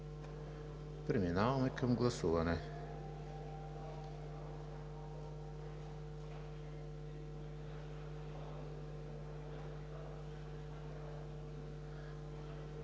преминаваме към гласуване.